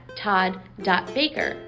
todd.baker